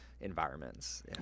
environments